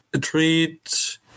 treat